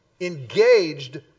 Engaged